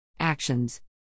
actions